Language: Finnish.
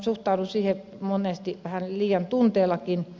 suhtaudun siihen monesti vähän liiankin tunteella